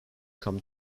come